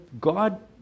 God